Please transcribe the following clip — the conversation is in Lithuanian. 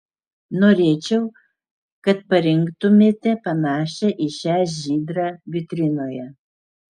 norėčiau kad parinktumėte panašią į šią žydrą vitrinoje